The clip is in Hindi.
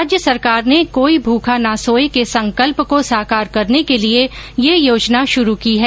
राज्य सरकार ने कोई भूखा ना सोए के संकल्प को साकार करने के लिए ये योजना शुरु की है